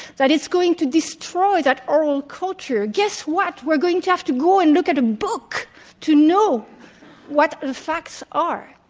that it's going to destroy that oral culture. guess what? we're going to have to go and look at a book to know what the facts are.